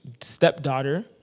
stepdaughter